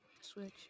switch